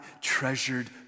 treasured